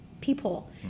people